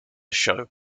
show